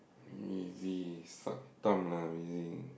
busy suck thumb lah busy